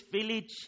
village